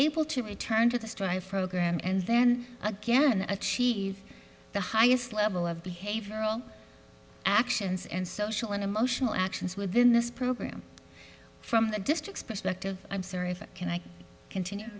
able to return to the strive program and then again achieve the highest level of behavioral actions and social and emotional actions within this program from the district's perspective i'm sorry can i continue